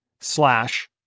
slash